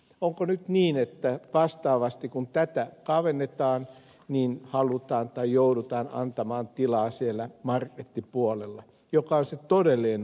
onko nyt niin että vastaavasti kun tätä kavennetaan halutaan antaa tai joudutaan antamaan tilaa siellä markettipuolella joka on se todellinen ongelma